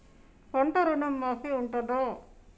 పంట ఋణం మాఫీ ఉంటదా?